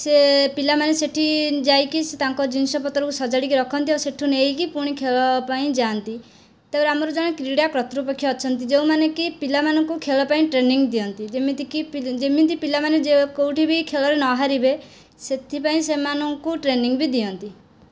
ସେ ପିଲାମାନେ ସେ'ଠି ଯାଇକି ସେ ତାଙ୍କ ଜିନିଷ ପତ୍ରକୁ ସଜାଡ଼ିକି ରଖନ୍ତି ଆଉ ସେ'ଠୁ ନେଇକି ପୁଣି ଖେଳ ପାଇଁ ଯାଆନ୍ତି ତା'ପରେ ଆମର ଜଣେ କ୍ରିଡ଼ା କତୃପକ୍ଷ ଅଛନ୍ତି ଯେଉଁମାନେକି ପିଲାମାନଙ୍କୁ ଖେଳ ପାଇଁ ଟ୍ରେନିଙ୍ଗ୍ ଦିଅନ୍ତି ଯେମିତିକି ଯେମିତି ପିଲାମାନେ ଯେ କେଉଁଠି ବି ଖେଳରେ ନ ହାରିବେ ସେଥିପାଇଁ ସେମାନଙ୍କୁ ଟ୍ରେନିଙ୍ଗ୍ ବି ଦିଅନ୍ତି